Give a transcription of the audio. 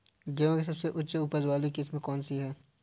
गेहूँ की सबसे उच्च उपज बाली किस्म कौनसी है?